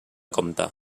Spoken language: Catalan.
compte